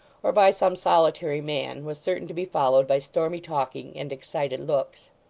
or by some solitary man, was certain to be followed by stormy talking and excited looks.